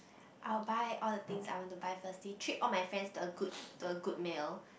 I'll buy all the things I want to buy firstly treat all my friend to a good to a good meal